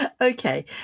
Okay